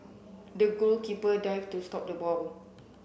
the goalkeeper dived to stop the ball